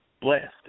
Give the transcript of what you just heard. blessed